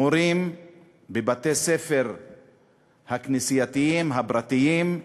מורים בבתי-הספר הכנסייתיים הפרטיים,